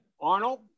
Arnold